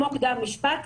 כמו קדם משפט,